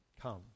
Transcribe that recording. Come